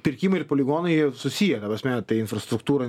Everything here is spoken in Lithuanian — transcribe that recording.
pirkimai ir poligonai susiję ta prasme tai infrastruktūra